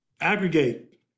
aggregate